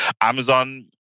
Amazon